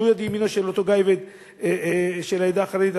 שהוא יד ימינו של אותו גאב"ד של העדה החרדית,